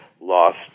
lost